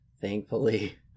thankfully